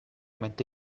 mette